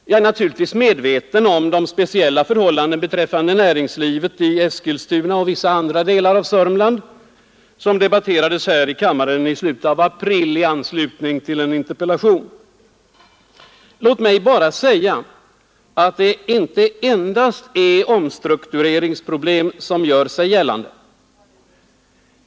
Jag är naturligtvis medveten om de speciella förhållanden beträffande näringslivet i Eskilstuna och vissa andra delar av Sörmland som debatterades här i kammaren i slutet av april i anslutning till en interpellation. Det är emellertid inte endast omstruktureringsproblem som gör sig gällande.